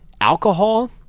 Alcohol